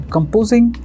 Composing